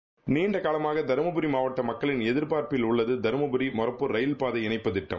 seconds நீண்டகாலமாக தருமபரி மாவட்ட மக்களின் எதிர்பார்ப்பில் உள்ளது தருமபரி மொறப்புர் ரயில்பாதை இணப்புத் திட்டம்